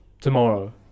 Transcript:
tomorrow